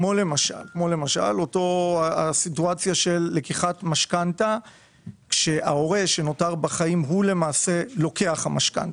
כמו הסיטואציה של לקיחת משכנתא שההורה שנותר בחיים הוא זה שלוקח אותה.